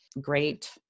great